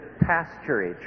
pasturage